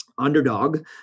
Underdog